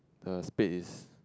a space